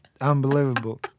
unbelievable